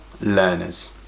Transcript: learners